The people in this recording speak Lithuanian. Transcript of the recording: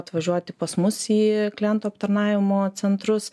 atvažiuoti pas mus į klientų aptarnavimo centrus